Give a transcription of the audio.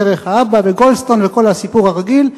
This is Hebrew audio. דרך האבא וגולדסטון וכל הסיפור הרגיל,